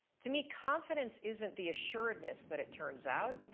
to me confidence isn't the assuredness that it turns out,